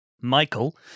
Michael